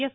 yes